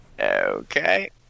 Okay